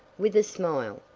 with a smile.